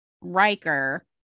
Riker